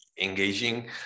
engaging